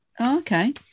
Okay